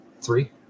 three